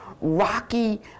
rocky